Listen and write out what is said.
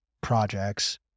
projects